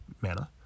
manner